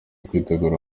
kwitegura